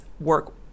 work